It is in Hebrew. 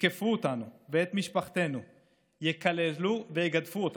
יתקפו אותנו ואת משפחתנו ויקללו ויגדפו אותנו?